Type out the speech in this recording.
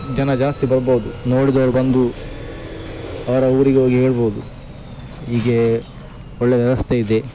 ಜನ ಜಾಸ್ತಿ ಬರ್ಬೌದು ನೋಡಿದವ್ರು ಬಂದು ಅವರ ಊರಿಗೆ ಹೋಗಿ ಹೇಳ್ಬೌದು ಹೀಗೆ ಒಳ್ಳೆಯ ವ್ಯವಸ್ಥೆ ಇದೆ